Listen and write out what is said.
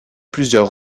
plusieurs